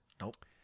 Nope